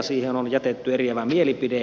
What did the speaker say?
siihen on jätetty eriävä mielipide